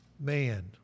man